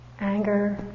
anger